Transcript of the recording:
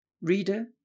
Reader